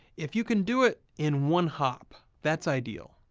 if you can do it in one hop, that's ideal.